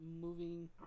moving